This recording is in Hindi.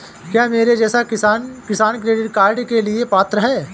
क्या मेरे जैसा किसान किसान क्रेडिट कार्ड के लिए पात्र है?